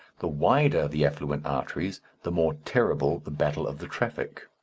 the wider the affluent arteries the more terrible the battle of the traffic.